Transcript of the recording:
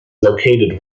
located